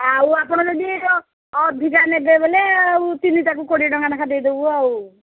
ଆଉ ଆପଣ ଯଦି ଅଧିକା ନେବେ ବୋଲେ ଆଉ ତିନିଟାକୁ କୋଡ଼ିଏ ଟଙ୍କା ନେଖା ଦେଇଦେବୁ ଆଉ